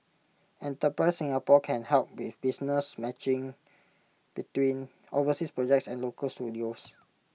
enterprise Singapore can help with business matching between overseas projects and local studios